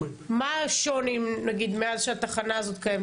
מה השוני מאז שהתחנה הזאת קיימת?